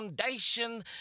Foundation